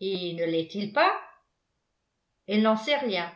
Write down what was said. et ne lest il pas elle n'en sait rien